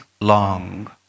long